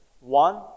One